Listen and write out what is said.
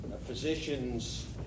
physicians